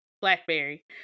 Blackberry